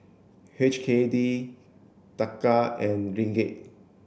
H K D Taka and Ringgit